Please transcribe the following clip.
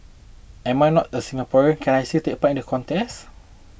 I am not a Singaporean can I still take part in the contest